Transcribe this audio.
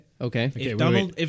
Okay